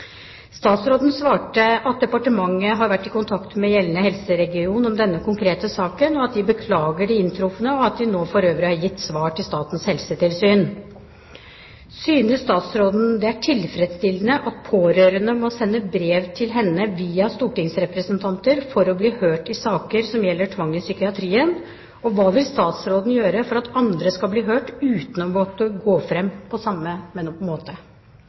Statsråden svarte at departementet har vært i kontakt med gjeldende helseregion om denne konkrete saken, og at de beklager det inntrufne. De har for øvrig nå gitt svar til Statens helsetilsyn. Synes statsråden det er tilfredsstillende at pårørende må sende brev til henne via stortingsrepresentanter for å bli hørt i saker som gjelder tvang i psykiatrien? Og hva vil statsråden gjøre for at andre skal bli hørt uten å måtte gå fram på samme